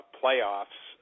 playoffs